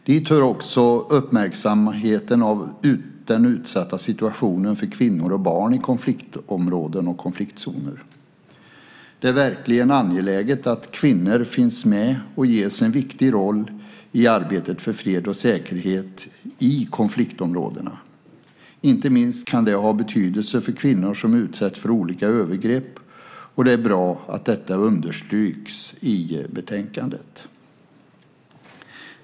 Dit hör uppmärksamheten av den utsatta situationen för kvinnor och barn i konfliktområden och konfliktzoner. Det är verkligen angeläget att kvinnor finns med och ges en viktig roll i arbetet för fred och säkerhet i konfliktområdena. Inte minst kan det ha betydelse för kvinnor som utsätts för olika övergrepp, och det är bra att detta understryks i betänkandet.